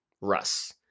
Russ